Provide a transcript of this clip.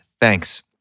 Thanks